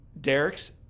Derek's